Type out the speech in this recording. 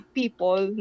people